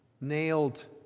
nailed